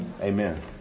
Amen